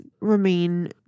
remain